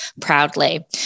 proudly